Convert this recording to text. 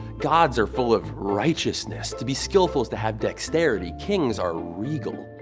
gods are full of righteousness to be skillful is to have dexterity. kings are regal.